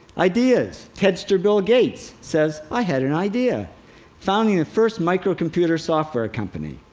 ideas! tedster bill gates says, i had an idea founding the first micro-computer software company.